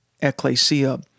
ecclesia